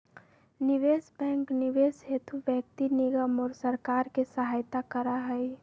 निवेश बैंक निवेश हेतु व्यक्ति निगम और सरकार के सहायता करा हई